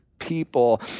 people